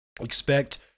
Expect